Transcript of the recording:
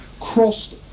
Crossed